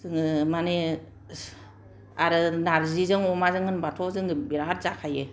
जोङो माने आरो नारजिजों अमाजों होनबाथ' जोङो बेराद जाखायो